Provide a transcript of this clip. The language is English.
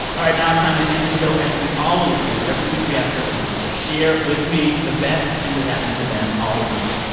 all right. now it's time to end the show as we always do. every week, we ask our listeners to share with me the best thing that happened to them all week.